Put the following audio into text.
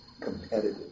competitive